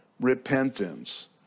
repentance